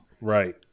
Right